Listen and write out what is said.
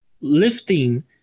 lifting